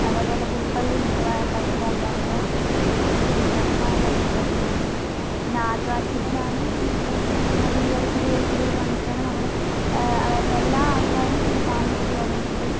അതുപോലെ പുൽപ്പള്ളിയിലുണ്ട് പഴശ്ശിരാജാവിൻ്റെ ഒരു പ്രതിമ തന്നെ പുൽപ്പള്ളിയിലുണ്ട് പിന്നെ ആദിവാസികളാണ് കൂടുതലും ഇങ്ങനെ കുടിയേറി കുറിയേറി കുടിയേറി വന്നിട്ടാണ് നമ്മൾ അതായത് എല്ലാ ആൾക്കാരും ഇവിടെ താമസിച്ചു തുടങ്ങിയത്